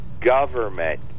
government